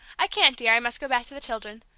i can't, dear! i must go back to the children,